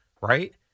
right